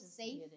safe